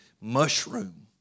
mushroom